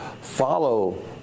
follow